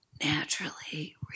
naturally